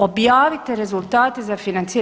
Objavite rezultate za financiranje.